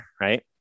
right